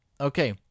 Okay